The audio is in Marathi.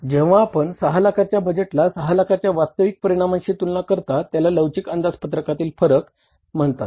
जेंव्हा आपण 6 लाखाच्या बजेटला 6 लाखाच्या वास्तविक परिणामाशी तुलना करता त्याला लवचिक अंदाजपत्रकातील फरक म्हणतात